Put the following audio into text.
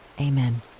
amen